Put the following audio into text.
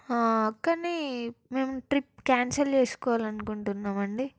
కాని మేము trip cancel చేసుకోవాలి అనుకుంటున్నాం అండి